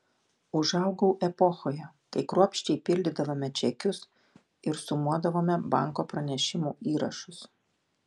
užaugau epochoje kai kruopščiai pildydavome čekius ir sumuodavome banko pranešimų įrašus